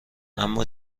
اما